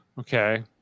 Okay